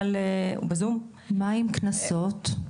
אבל --- מה עם קנסות?